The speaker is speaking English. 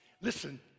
Listen